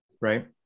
Right